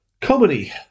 Comedy